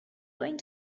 going